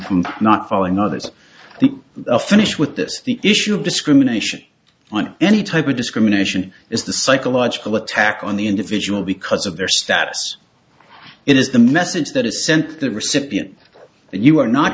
from not following others finished with this issue of discrimination on any type of discrimination is the psychological attack on the individual because of their status it is the message that is sent the recipient and you are not